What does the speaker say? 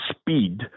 speed